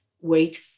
Wait